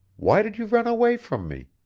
why did you run away from me?